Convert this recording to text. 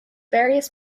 various